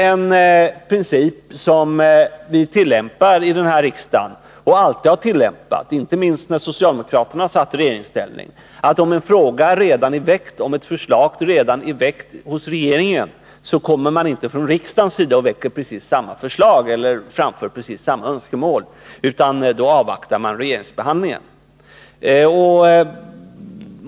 En princip som vi tillämpar och som vi alltid har tillämpat i den här riksdagen — inte minst när socialdemokraterna var i regeringsställning — är att om ett förslag redan framlagts för regeringen, så kommer man inte från riksdagens sida och framför precis samma önskemål, utan i stället avvaktar man regeringens behandling av frågan.